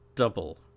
double